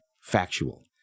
factual